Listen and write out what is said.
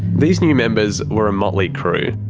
these new members were a motley crew.